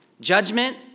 Judgment